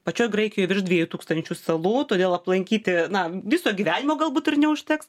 pačioj graikijoje virš dviejų tūkstančių salų todėl aplankyti na viso gyvenimo galbūt ir neužteks